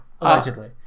Allegedly